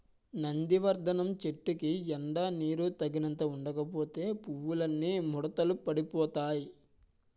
నందివర్థనం చెట్టుకి ఎండా నీరూ తగినంత ఉండకపోతే పువ్వులన్నీ ముడతలు పడిపోతాయ్